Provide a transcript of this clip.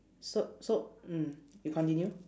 so so mm you continue